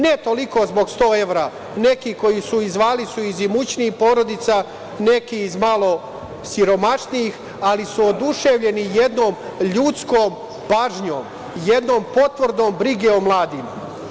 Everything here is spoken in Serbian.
Ne toliko zbog sto evra, neki koji su zvali su iz imućnijih porodica, neki iz malo siromašnijih, ali su oduševljeni jednom ljudskom pažnjom, jednom potvrdom brige o mladima.